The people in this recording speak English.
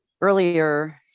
earlier